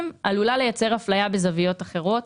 עלולה לייצר אפליה בזוויות אחרות.